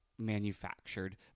manufactured